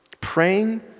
Praying